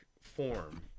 form